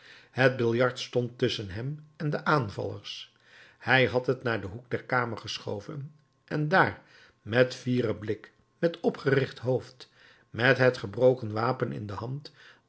het biljart stond tusschen hem en de aanvallers hij had het naar den hoek der kamer geschoven en daar met fieren blik met opgericht hoofd met het gebroken wapen in de hand